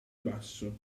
basso